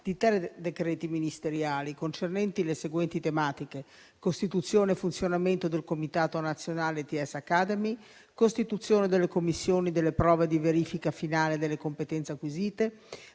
di tali decreti ministeriali, concernenti le seguenti tematiche: costituzione e funzionamento del comitato nazionale ITS Academy, costituzione delle commissioni delle prove di verifica finale delle competenze acquisite